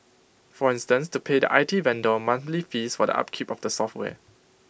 for instance to pay the I T vendor monthly fees for the upkeep of the software